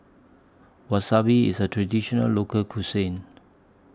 Wasabi IS A Traditional Local Cuisine